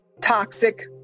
toxic